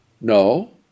No